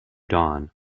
dawn